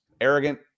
Arrogant